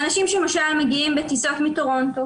למשל, אנשים מגיעים בטיסות מטורונטו,